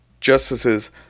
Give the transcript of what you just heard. justices